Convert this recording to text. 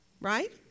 Right